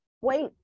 wait